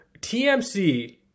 TMC